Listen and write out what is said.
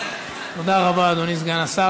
תודה רבה, אדוני סגן השר.